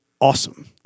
awesome